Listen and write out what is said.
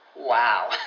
Wow